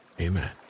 amen